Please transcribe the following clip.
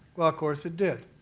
well, of course, it did.